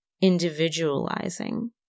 individualizing